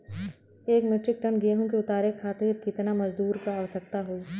एक metric ton गेहूँ के उतारे खातीर कितना मजदूर क आवश्यकता होई?